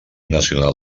nacional